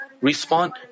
respond